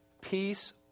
peace